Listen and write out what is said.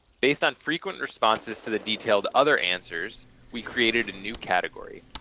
based on frequent responses to the detailed other answers, we created a new category.